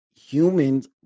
humans